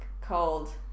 called